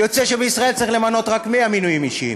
יוצא שבישראל צריך למנות רק 100 מינויים אישיים,